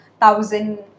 thousand